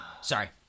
Sorry